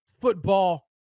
football